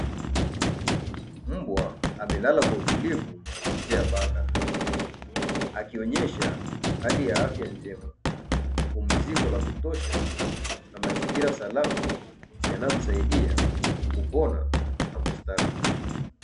Mbwa amelazwa kwa utulivu nje ya banda , akionyesha hali ya afya njema pumziko la kutosha na mazingira salama yanayomsaidia kupona na kustawi.